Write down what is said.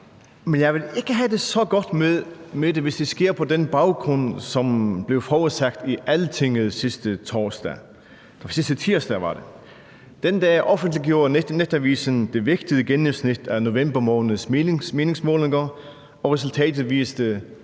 men jeg vil ikke have det så godt med det, hvis det sker på den baggrund, som blev forudsagt i Altinget sidste tirsdag. Den dag offentliggjorde netavisen det vægtede gennemsnit af november måneds meningsmålinger, og resultatet viste